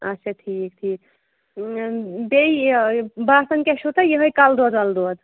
اچھا ٹھیٖک ٹھیٖک بیٚیہِ یہِ باسان کیٛاہ چھُ تۄہہِ یِہٕے کَلہٕ دود وَلہٕ دود